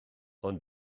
ond